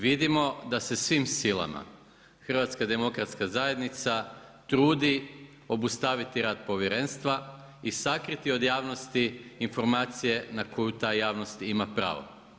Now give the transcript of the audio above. Vidimo da se svim silama HDZ trudi obustaviti rad Povjerenstva i sakriti od javnosti informacije na koju ta javnost ima pravo.